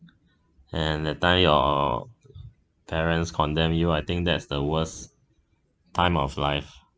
and that time your parents condemn you I think that's the worst time of life